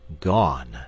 gone